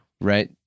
Right